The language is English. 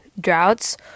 droughts